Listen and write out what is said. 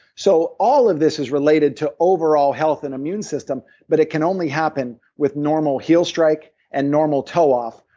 so all of this is related to overall health in immune system, but it can only happen with normal heel strike and normal toeoff,